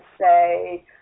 say